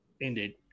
Indeed